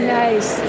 nice